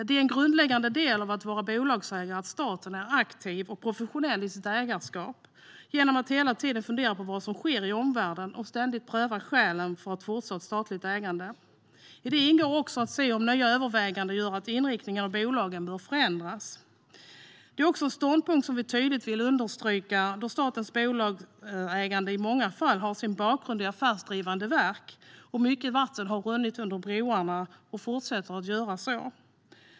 Det är en grundläggande del av att vara bolagsägare att staten är aktiv och professionell i sitt ägarskap genom att hela tiden fundera på vad som sker i omvärlden och ständigt pröva skälen för fortsatt statligt ägande. I det ingår att se om nya överväganden gör att inriktningen av bolagen bör ändras. Detta är en ståndpunkt som vi tydligt vill understryka, då statens bolagsägande i många fall har sin grund i affärsdrivande verk. Mycket vatten har runnit under broarna och fortsätter göra så.